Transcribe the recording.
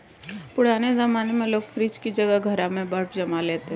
पुराने जमाने में लोग फ्रिज की जगह घड़ा में बर्फ जमा लेते थे